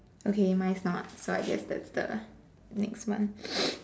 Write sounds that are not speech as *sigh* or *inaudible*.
okay mine is not so I guess that's the next one *noise*